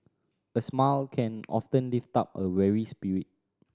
a smile can often lift up a weary spirit